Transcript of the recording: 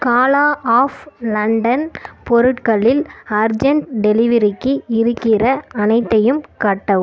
Kaala of London பொருட்களில் urgent டெலிவரிக்கு இருக்கிற அனைத்தையும் காட்டவும்